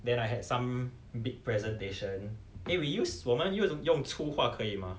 then I had some big presentation eh we use 我们用粗话可以吗